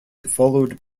followed